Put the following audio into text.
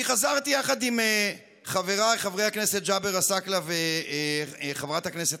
אני חזרתי יחד עם חבריי חברי הכנסת ג'אבר עסאקלה וחברת הכנסת